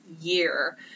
year